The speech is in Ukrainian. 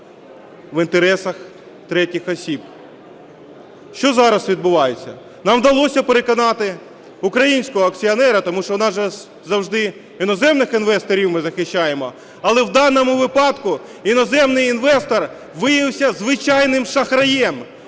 в інтересах третіх осіб. Що зараз відбувається? Нам вдалося переконати українського акціонера, тому що у нас же завжди іноземних інвесторів ми захищаємо. Але в даному випадку іноземний інвестор виявився звичайним шахраєм,